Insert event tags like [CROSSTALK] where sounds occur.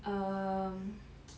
um [NOISE]